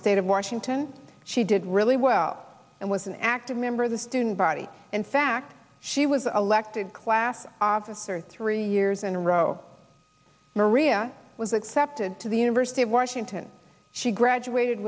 state of washington she did really well and was an active member of the student body in fact she was elected class officer three years in a row maria was accepted to the university of washington she graduated